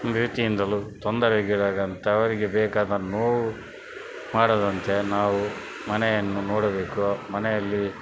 ಭೇಟಿಯಿಂದಲೂ ತೊಂದರೆಗಳಾಗದಂತ ಅವರಿಗೆ ಬೇಕಾದ ನೋವು ಮಾಡದಂತೆ ನಾವು ಮನೆಯನ್ನು ನೋಡಬೇಕು ಮನೆಯಲ್ಲಿ